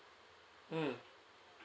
mm